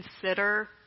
consider